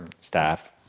staff